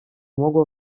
mogło